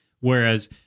Whereas